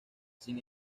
sin